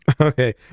Okay